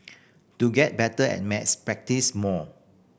to get better at maths practise more